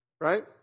right